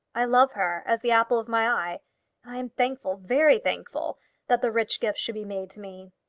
i love her as the apple of my eye and i am thankful very thankful that the rich gift should be made to me.